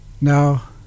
Now